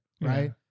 right